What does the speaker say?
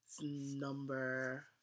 number